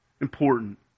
important